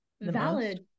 Valid